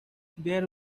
there